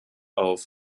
auf